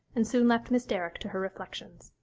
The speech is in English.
and soon left miss derrick to her reflections.